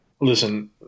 Listen